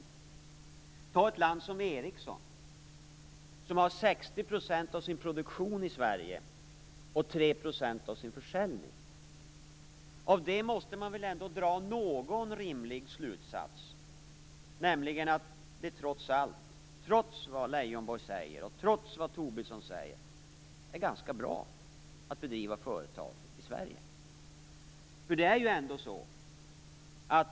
Jag kan ta ett företag som Ericsson, som har 60 % av sin produktion och 3 % av sin försäljning i Sverige. Av det måste man väl dra en rimlig slutsats, nämligen att det trots allt, trots vad Leijonborg och Tobisson säger, är ganska bra att driva företag i Sverige.